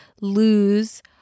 lose